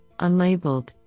unlabeled